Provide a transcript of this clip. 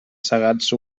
segats